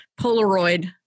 Polaroid